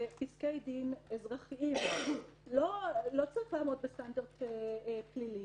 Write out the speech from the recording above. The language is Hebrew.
בפסקי דין אזרחיים, שלא צריך לעמוד בסטנדרט פלילי.